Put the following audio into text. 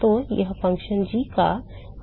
तो यह function g का क्रॉस सेक्शनल औसत है